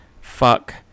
fuck